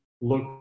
look